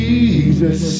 Jesus